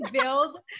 build